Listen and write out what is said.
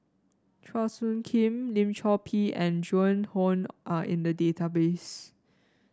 Chua Soo Khim Lim Chor Pee and Joan Hon are in the database